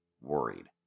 worried